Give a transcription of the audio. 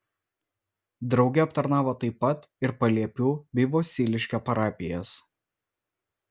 drauge aptarnavo taip pat ir paliepių bei vosiliškio parapijas